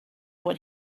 what